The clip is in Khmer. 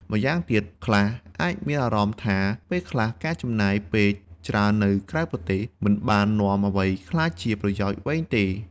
ម្យ៉ាងទៀត ខ្លះអាចមានអារម្មណ៍ថាពេលខ្លះការចំណាយពេលច្រើននៅក្រៅប្រទេស មិនបាននាំអ្វីក្លាយជាប្រយោជន៍វែងទេ។